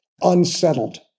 Unsettled